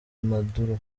maduro